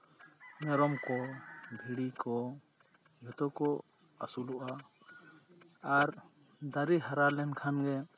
ᱢᱮᱨᱚᱢ ᱠᱚ ᱵᱷᱤᱲᱤ ᱠᱚ ᱡᱷᱚᱛᱚ ᱠᱚ ᱟᱹᱥᱩᱞᱚᱜᱼᱟ ᱟᱨ ᱫᱟᱨᱮ ᱦᱟᱨᱟ ᱞᱮᱱᱠᱷᱟᱱ ᱜᱮ